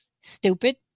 Stupid